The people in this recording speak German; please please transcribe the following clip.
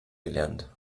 gelernt